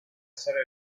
storia